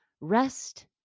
rest